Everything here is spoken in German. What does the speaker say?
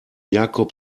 jakob